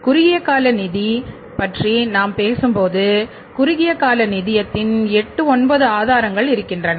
குறுகிய கால நிதி பற்றி நாம் பேசும்போது குறுகிய கால நிதியத்தின் 8 9 ஆதாரங்கள் இருக்கின்றன